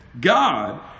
God